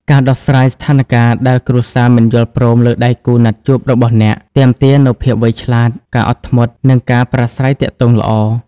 ការដោះស្រាយស្ថានការណ៍ដែលគ្រួសារមិនយល់ព្រមលើដៃគូណាត់ជួបរបស់អ្នក ទាមទារនូវភាពឆ្លាតវៃ ការអត់ធ្មត់ និងការប្រាស្រ័យទាក់ទងល្អ។